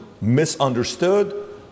misunderstood